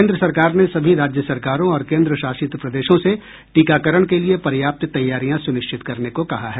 केंद्र सरकार ने सभी राज्य सरकारों और केंद्र शासित प्रदेशों से टीकाकरण के लिए पर्याप्त तैयारियां सुनिश्चित करने को कहा है